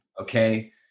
Okay